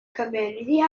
community